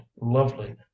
lovely